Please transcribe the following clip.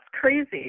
crazy